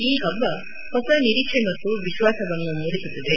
ಈ ಹಬ್ಬ ಹೊಸ ನಿರೀಕ್ಷೆ ಮತ್ತು ವಿಶ್ವಾಸವನ್ನು ಮೂಡಿಸುತ್ತದೆ